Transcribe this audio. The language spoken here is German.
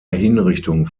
hinrichtung